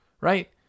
right